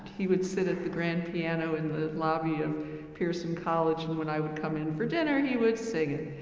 he would sit at the grand piano in the lobby of pearson college, and when i would come in for dinner he would sing it.